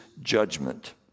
judgment